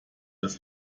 das